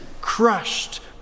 crushed